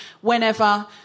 whenever